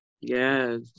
Yes